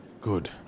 Good